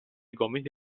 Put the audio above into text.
gomiti